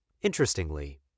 Interestingly